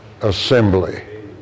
assembly